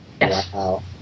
Wow